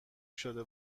شده